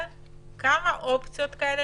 כמה אופציות כאלה